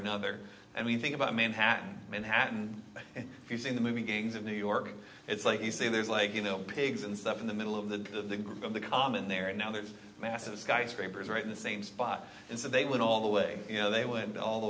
another and we think about manhattan manhattan and you see the movie gangs of new york it's like you say there's like you know pigs and stuff in the middle of the group of the common there and now there's massive skyscrapers right in the same spot and so they went all the way you know they went all the